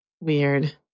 Weird